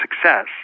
success